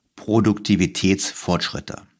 Produktivitätsfortschritte